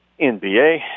NBA